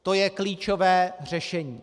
To je klíčové řešení.